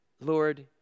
Lord